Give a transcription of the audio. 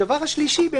הדבר השלישי,